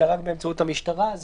אלא רק באמצעות המשטרה.